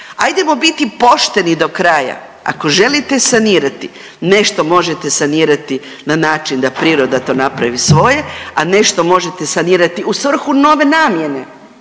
Ajdemo biti pošteni do kraja ako želite sanirati nešto možete sanirati na način da priroda to napravi svoje, a nešto možete sanirati u svrhu nove namjene,